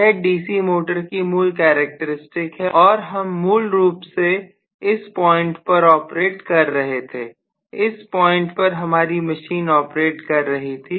यह DC motor की मूल कैरेक्टर स्टिक है और हम मूल रूप से इस पॉइंट पर ऑपरेट कर रहे थे इस पॉइंट पर हमारी मशीन ऑपरेट कर रही थी